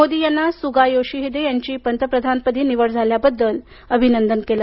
मोदी यांनी Suga Yoshihide यांची पंतप्रधान पदी निवड झाल्याबद्दल अभिनंदन केलं